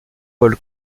paul